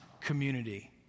Community